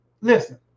Listen